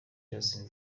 justin